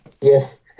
Yes